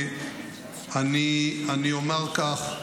אני אומר כך: